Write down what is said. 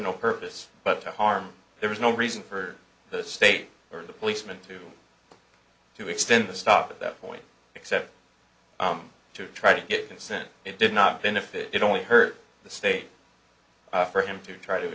no purpose but to harm there was no reason for the state or the policeman to to extend the stop at that point except to try to get him sent it did not benefit only hurt the state for him to try to